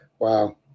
Wow